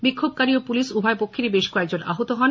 বিক্ষোভকারী ও পুলিশ উভয় পক্ষেরই বেশ কয়েকজন আহত হন